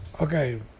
Okay